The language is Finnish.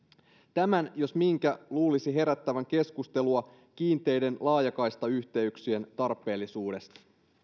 tämän jos minkä luulisi herättävän keskustelua kiinteiden laajakaistayhteyksien tarpeellisuudesta